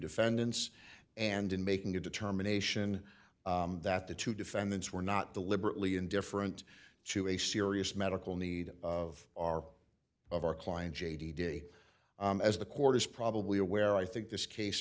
defendants and in making a determination that the two defendants were not deliberately indifferent to a serious medical need of our of our client j d day as the court is probably aware i think this case